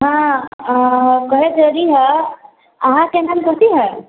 हँ कहैत रहली हऽ अहाँके नाम कथी हऽ